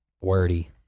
wordy